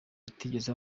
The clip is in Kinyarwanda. atigeze